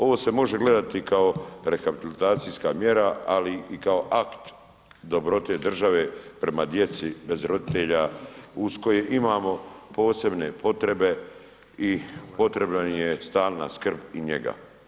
Ovo se može gledati kao rehabilitacijska mjera, ali i kao akt dobrote države prema djeci bez roditelja uz koje imamo posebne potrebe i potrebna im je stalna skrb i njega.